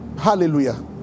Hallelujah